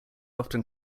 often